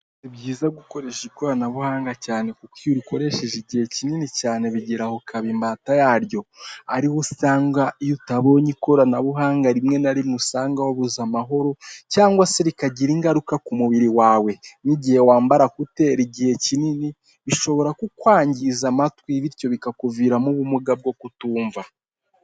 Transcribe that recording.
Si byiza gukoresha ikoranabuhanga cyane kuko iyo urikoresheje igihe kinini cyane bigeraho ukaba imbata yaryo ariho usanga iyo utabonye ikoranabuhanga rimwe na rimwe usanga wabuze amahoro cyangwa se rikagira ingaruka ku mubiri wawe nk'igihe wambara ekuteri igihe kinini bishobora kukwangiza amatwi bityo bikakuviramo ubumuga bwo kutumva.